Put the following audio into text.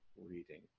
reading